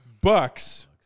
Bucks